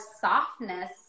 softness